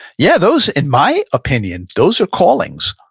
yeah, those, in my opinion, those are callings.